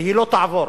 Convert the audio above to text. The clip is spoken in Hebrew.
והיא לא תעבור,